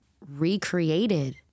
recreated